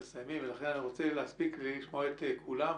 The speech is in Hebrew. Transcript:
אני רוצה להספיק לשמוע את כולם.